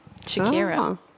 Shakira